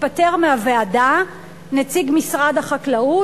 התפטר מהוועדה נציג משרד החקלאות,